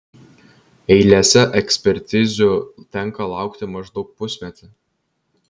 eilėse ekspertizių tenka laukti maždaug pusmetį